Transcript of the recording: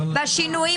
"בשינויים